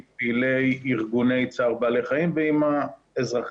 עם פעילי ארגוני צער בעלי חיים ועם האזרחים